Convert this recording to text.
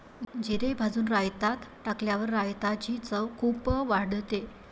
जिरे भाजून रायतात टाकल्यावर रायताची चव खूप वाढते